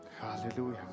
Hallelujah